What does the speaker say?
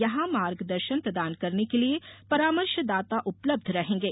यहां मार्गदर्शन प्रदान करने के लिये परामर्शदाता उपलब्ध रहेंगे